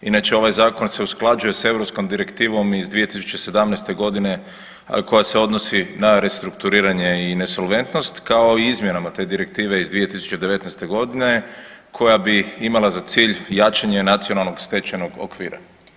Inače, ovaj Zakon se usklađuje s EU direktivom iz 2017. g., a koja se odnosi na restrukturiranje i nesolventnost, kao i izmjenama te direktive iz 2019. g. koja bi imala za cilj jačanje nacionalnog stečajnog okvira.